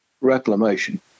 reclamation